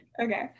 Okay